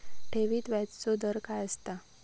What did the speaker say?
ठेवीत व्याजचो दर काय असता?